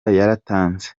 yaratanze